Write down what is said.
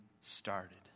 started